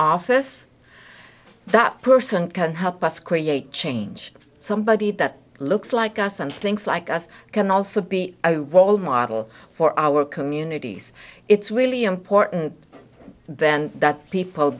office that person can help us create change somebody that looks like us and thinks like us can also be a role model for our communities it's really important then that people